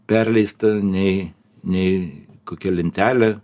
perleista nei nei kokia lentelė